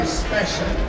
special